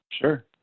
Sure